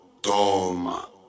toma